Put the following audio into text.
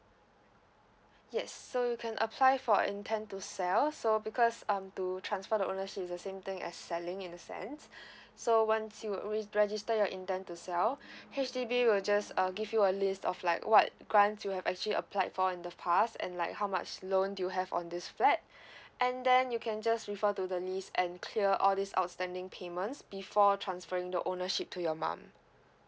yes so you can apply for intend to sell so because um to transfer the ownership is the same thing as selling in a sense so once you al~ register your intent to sell H_D_B will just uh give you a list of like what grants you have actually applied for in the past and like how much loan do you have on this flat and then you can just refer to the list and clear all this outstanding payments before transferring the ownership to your mum